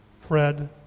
Fred